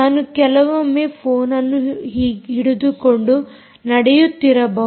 ನಾನು ಕೆಲವೊಮ್ಮೆ ಫೋನ್ ಹಿಡಿದುಕೊಂಡು ನಡೆಯುತ್ತಿರಬಹುದು